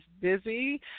busy